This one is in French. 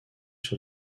sur